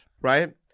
right